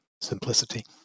simplicity